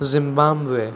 Zimbabwe